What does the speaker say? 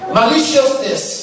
maliciousness